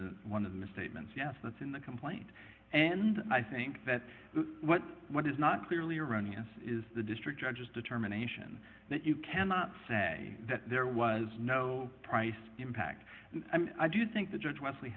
one of the misstatements yes that's in the complaint and i think that what what is not clearly erroneous is the district judges determination that you cannot say that there was no price impact and i do think the judge lesl